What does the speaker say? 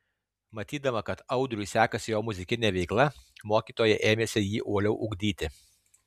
matydama kad audriui sekasi jo muzikinė veikla mokytoja ėmėsi jį uoliau ugdyti